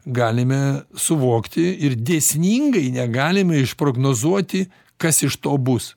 galime suvokti ir dėsningai negalime išprognozuoti kas iš to bus